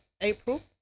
april